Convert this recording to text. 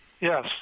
yes